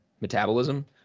metabolism